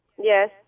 Yes